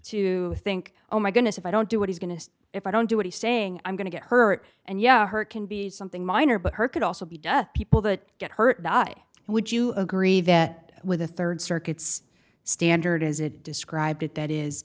to think oh my goodness if i don't do what he's going to if i don't do what he's saying i'm going to get hurt and yeah hurt can be something minor but her could also be done people that get hurt i would you agree that with a rd circuit's standard as it described it that